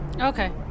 Okay